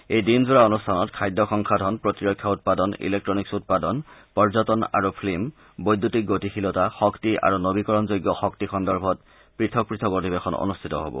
এই দিনজোৰা অনুষ্ঠানত খাদ্য সংসাধন প্ৰতিৰক্ষা উৎপাদন ইলেকট্ৰনিকছ্ উৎপাদন পৰ্যটন আৰু ফিন্ম বৈদ্যুতিক গতিশীলতা শক্তি আৰু নবীকৰণযোগ্য শক্তি সন্দৰ্ভত পৃথক পৃথক অধিৱেশন অনষ্ঠিত হ'ব